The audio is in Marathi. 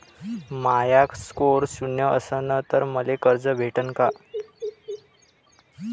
माया स्कोर शून्य असन तर मले कर्ज भेटन का?